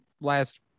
last